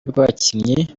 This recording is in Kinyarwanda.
bw’abakinnyi